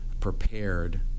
prepared